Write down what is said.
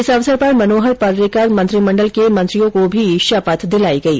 इस अवसर पर मनोहर पर्रिकर मंत्रिमंडल के मंत्रियों को भी शपथ दिलाई गई